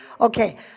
Okay